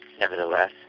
Nevertheless